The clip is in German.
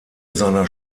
seiner